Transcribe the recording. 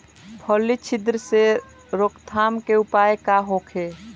फली छिद्र से रोकथाम के उपाय का होखे?